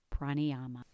pranayama